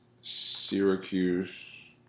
Syracuse